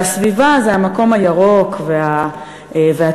והסביבה זה המקום הירוק והטבעי.